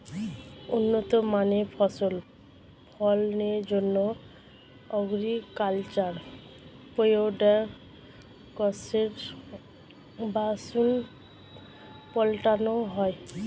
উন্নত মানের ফসল ফলনের জন্যে অ্যাগ্রিকালচার প্রোডাক্টসের বংশাণু পাল্টানো হয়